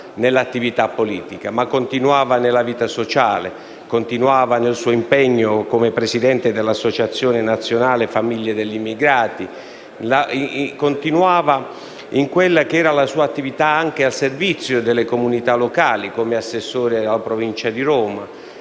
nell'attività politica ma continuava nella vita sociale, con la presidenza dell'Associazione nazionale famiglie degli emigrati. Continuava nella sua attività anche al servizio delle comunità locali, come assessore alla Provincia di Roma,